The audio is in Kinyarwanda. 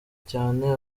cyane